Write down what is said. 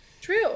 true